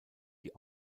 die